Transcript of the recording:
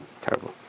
Terrible